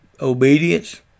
obedience